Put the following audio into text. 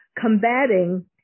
combating